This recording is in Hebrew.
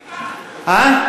לא,